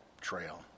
trail